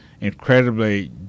incredibly